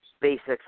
basics